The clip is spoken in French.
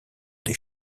des